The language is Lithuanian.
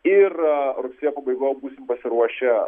ir rugsėjo pabaigoj jau būsim pasiruošę